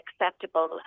acceptable